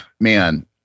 Man